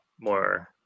more